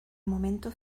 momento